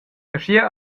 aschia